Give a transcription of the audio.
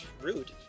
rude